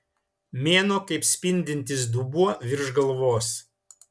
mėnuo kaip spindintis dubuo virš galvos